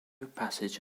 passage